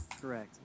Correct